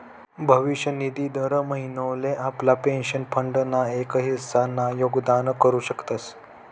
भविष्य निधी दर महिनोले आपला पेंशन फंड ना एक हिस्सा ना योगदान करू शकतस